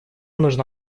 нужна